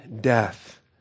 death